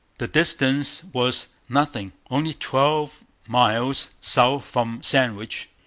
the distance was nothing, only twelve miles south from sandwich.